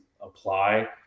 apply